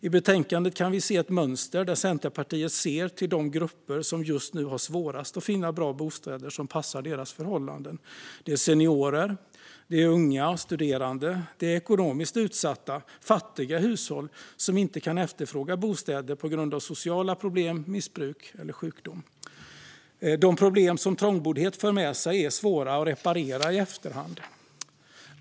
I betänkandet kan vi se ett mönster där Centerpartiet ser till de grupper som just nu har svårast att finna bra bostäder som passar deras förhållanden. Det är seniorer, unga och studerande samt ekonomiskt utsatta och fattiga hushåll som inte kan efterfråga bostäder på grund av sociala problem, missbruk eller sjukdom. De problem som trångboddhet för med sig är svåra att reparera i efterhand.